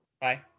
Bye